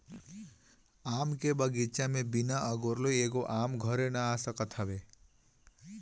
आम के बगीचा में बिना अगोरले एगो आम घरे नाइ आ सकत हवे